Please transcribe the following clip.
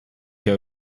jahr